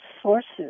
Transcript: sources